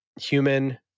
human